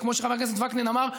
שכמו שחבר הכנסת וקנין אמר,